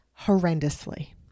horrendously